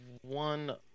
one